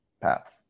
paths